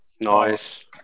nice